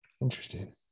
Interesting